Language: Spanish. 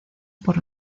por